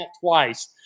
twice